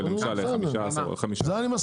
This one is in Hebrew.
מסכים.